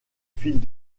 filles